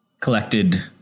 collected